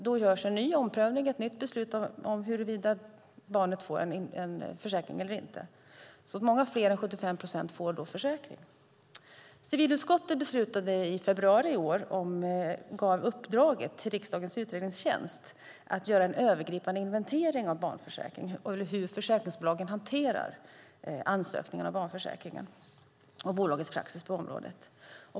Då görs en ny prövning eller fattas ett nytt beslut om huruvida barnet ska få en försäkring eller inte. Många fler än 75 procent får då försäkring. Civilutskottet gav i februari i år uppdrag till riksdagens utredningstjänst att göra en övergripande inventering av hur försäkringsbolagen hanterar ansökningar om barnförsäkring och bolagens praxis på området.